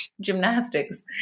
gymnastics